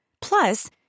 Plus